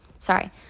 Sorry